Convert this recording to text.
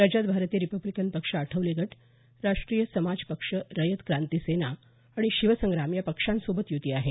राज्यात भारतीय रिपब्लिकन पक्ष आठवले गट राष्ट्रीय समाज पक्ष रयत क्रांती सेना आणि शिवसंग्राम या पक्षांसोबत युती आहे